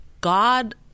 God